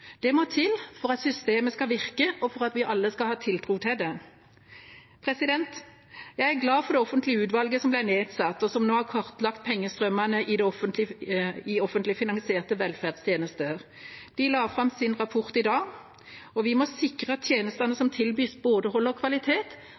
Det må til for at systemet skal virke, og for at vi alle skal ha tiltro til det. Jeg er glad for det offentlige utvalget som ble nedsatt, og som nå har kartlagt pengestrømmene i offentlig finansierte velferdstjenester. De la fram sin rapport i dag. Vi må sikre at tjenestene